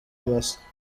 masa